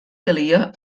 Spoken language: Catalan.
calia